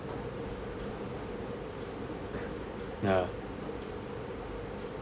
ya